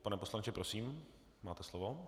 Pane poslanče, prosím, máte slovo.